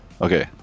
Okay